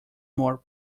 more